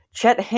Chet